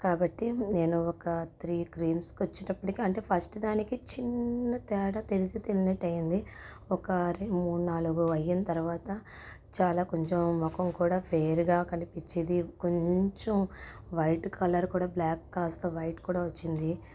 కాబట్టి నేను ఒక త్రీ క్రీమ్స్కి వచ్చేటప్పటికి అంటే ఫస్ట్ దానికి చిన్న తేడా తెలిసి తెలియనట్టు అయింది ఒక రెండు మూడు నాలుగు అయిన తర్వాత చాలా కొంచెం ముఖం కూడా ఫేర్గా కనిపించేది కొంచెం వైట్ కలర్ కూడా బ్లాక్ కాస్త వైట్ కూడా వచ్చింది